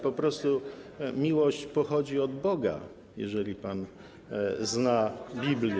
Po prostu miłość pochodzi od Boga, jeżeli pan zna Biblię.